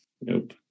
nope